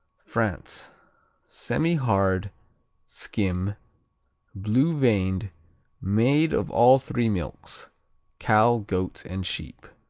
france semihard skim blue-veined made of all three milks cow, goat and sheep.